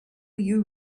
you